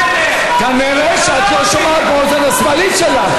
כנראה את לא שומעת באוזן השמאלית שלך.